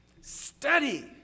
study